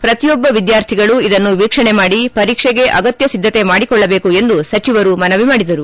ಪ್ರತಿಯೊಬ್ಬ ವಿದ್ಯಾರ್ಥಿಗಳು ಇದನ್ನು ವೀಕ್ಷಣೆ ಮಾಡಿ ಪರೀಕ್ಷೆಗೆ ಅಗತ್ತ ಸಿದ್ದತೆ ಮಾಡಿಕೊಳ್ಳಬೇಕು ಎಂದು ಸಚಿವರು ಮನವಿ ಮಾಡಿದರು